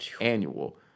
annual